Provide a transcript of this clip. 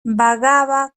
vagaba